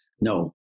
No